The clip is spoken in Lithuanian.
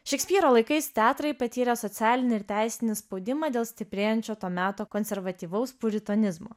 šekspyro laikais teatrai patyrė socialinį ir teisinį spaudimą dėl stiprėjančio to meto konservatyvaus puritonizmo